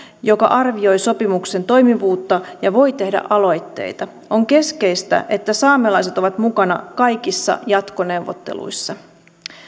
joka arvioi sopimuksen toimivuutta ja voi tehdä aloitteita on keskeistä että saamelaiset ovat mukana kaikissa jatkoneuvotteluissa